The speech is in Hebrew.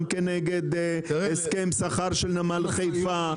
גם כנגד הסכם שכר של חיפה,